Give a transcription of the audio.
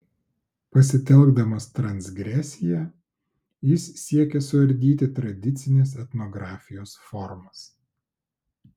pasitelkdamas transgresiją jis siekia suardyti tradicinės etnografijos formas